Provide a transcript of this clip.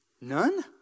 None